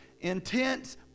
intense